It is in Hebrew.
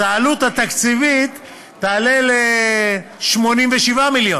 אז העלות התקציבית תעלה ל-87 מיליון.